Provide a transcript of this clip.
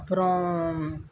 அப்புறம்